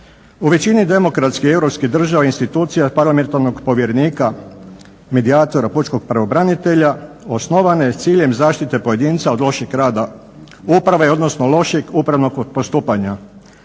U većini demokratskih, europskih država institucija parlamentarnog povjerenika, medijatora, pučkog pravobranitelja osnovana s ciljem zaštite pojedinca od lošeg rada uprave, odnosno lošeg upravnog postupanja.